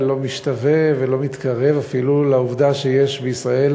לא משתווה ולא מתקרב אפילו לעובדה שיש בישראל